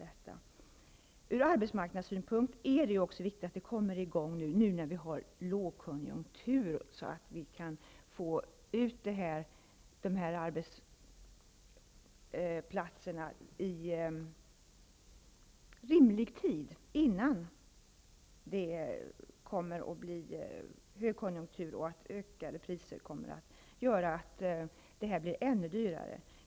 Från arbetsmarknadssynpunkt är det ju också viktigt att arbetet kommer i gång nu när vi har en lågkonjunktur -- i rimlig tid innan högkonjunkturen kommer tillbaka och de högre priserna gör att det blir dyrare.